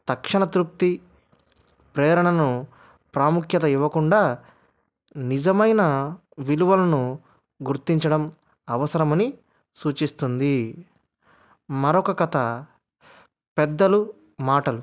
తక్షణ తృప్తి ప్రేరణను ప్రాముఖ్యత ఇవ్వకుండా నిజమైన విలువలను గుర్తించడం అవసరమని సూచిస్తుంది మరొక కథ పెద్దలు మాటలు